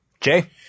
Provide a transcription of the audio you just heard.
Jay